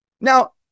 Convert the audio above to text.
Now